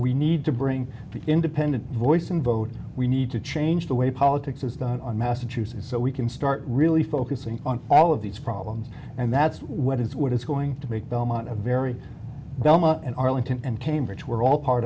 we need to bring the independent voice and vote we need to change the way politics is done on massachusetts so we and start really focusing on all of these problems and that's what is what is going to make belmont a very doma and arlington and cambridge we're all part